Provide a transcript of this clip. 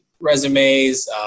resumes